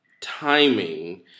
timing